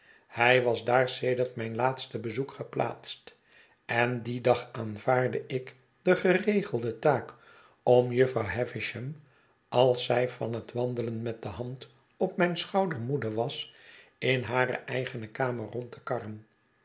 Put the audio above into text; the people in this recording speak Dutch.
hij was daar sedert mijn laatste bezoek geplaatst en dien dag aanvaardde ik de geregeide taak om jufvrouw havisham als zij van het wandelen met de hand op mija schouder moede was in hare eigene kamer rond te karren